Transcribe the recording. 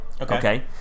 Okay